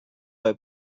bei